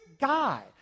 guy